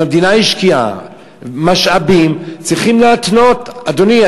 אם המדינה השקיעה משאבים צריכים להתנות: אדוני,